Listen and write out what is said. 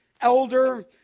elder